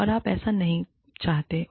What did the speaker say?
और आप ऐसा नहीं चाहते हैं